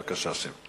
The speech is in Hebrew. בבקשה שב.